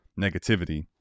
negativity